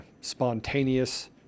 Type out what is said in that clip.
spontaneous